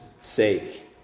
sake